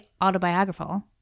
autobiographical